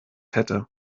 hätte